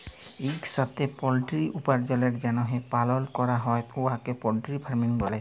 ইকসাথে পলটিরি উপার্জলের জ্যনহে পালল ক্যরা হ্যয় উয়াকে পলটিরি ফার্মিং ব্যলে